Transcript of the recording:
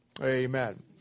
Amen